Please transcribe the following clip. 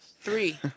three